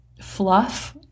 fluff